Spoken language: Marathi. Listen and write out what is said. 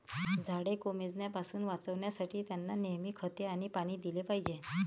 झाडे कोमेजण्यापासून वाचवण्यासाठी, त्यांना नेहमी खते आणि पाणी दिले पाहिजे